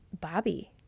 Bobby